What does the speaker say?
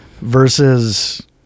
versus